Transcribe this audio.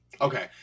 Okay